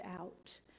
out